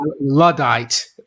Luddite